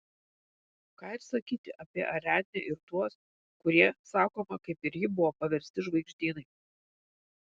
ką ir sakyti apie ariadnę ir tuos kurie sakoma kaip ir ji buvo paversti žvaigždynais